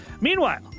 Meanwhile